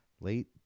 late